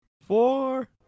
Four